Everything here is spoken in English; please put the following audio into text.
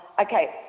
okay